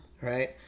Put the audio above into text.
right